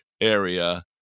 area